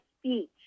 speech